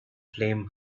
flame